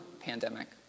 pandemic